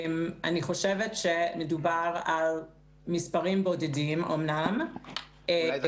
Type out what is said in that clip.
אני חושבת שמדובר במספרים בודדים -- אולי זה